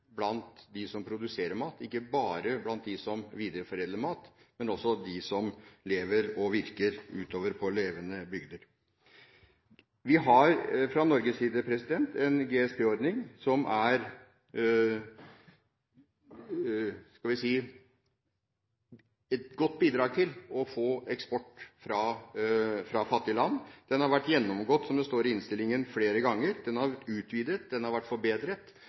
blant de som produserer mat, ikke bare blant de som videreforedler mat, men også blant de som lever og virker utover på levende bygder. Vi har fra Norges side en GSP-ordning som er et godt bidrag til å få eksport fra fattige land. Den har vært gjennomgått, som det står i innstillingen, flere ganger, den har vært utvidet, og den har vært forbedret.